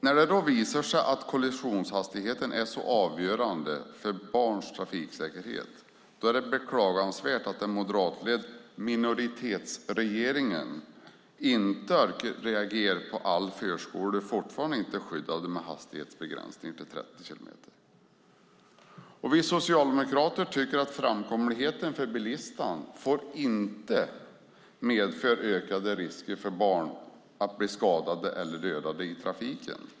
När det då visar sig att kollisionshastigheten är så avgörande för barns trafiksäkerhet är det beklagansvärt att den moderatledd minoritetsregeringen inte orkar reagera på att alla förskolor fortfarande inte är skyddade genom hastighetsbegränsning på 30 kilometer i timmen. Vi socialdemokrater tycker att framkomligheten för bilister inte får medföra ökade risker för barn att bli skadade eller dödade i trafiken.